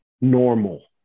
normal